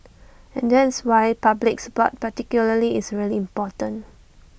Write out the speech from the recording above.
and that is why public support particularly is really important